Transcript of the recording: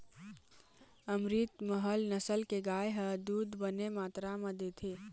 अमरितमहल नसल के गाय ह दूद बने मातरा म देथे